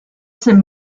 ses